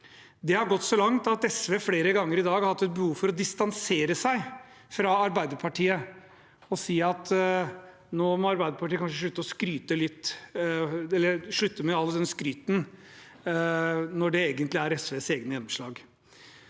Det har gått så langt at SV flere ganger i dag har hatt et behov for å distansere seg fra Arbeiderpartiet og si at nå må Arbeiderpartiet kanskje slutte med alt dette skrytet når det egentlig er SVs egne gjennomslag.